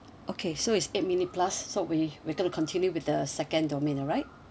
okay so is eight minute plus so we we thought to continue with the second domain right